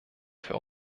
für